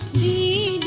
the